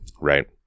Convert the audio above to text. Right